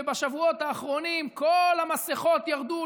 בשבועות האחרונים כל המסכות ירדו,